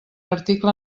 article